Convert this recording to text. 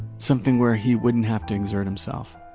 something where he wouldn't have to exert himself.